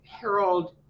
Harold